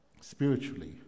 Spiritually